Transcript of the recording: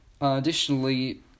Additionally